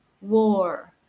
war